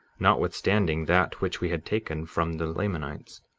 notwithstanding that which we had taken from the lamanites.